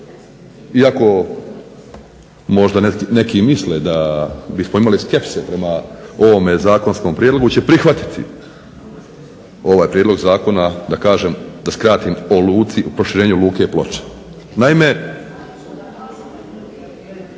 iako možda neki i misle da bismo imali skepse prema ovome zakonskom prijedlogu, će prihvatiti ovaj prijedlog zakona, da kažem, da skratim o luci, o proširenju luke Ploče. Naime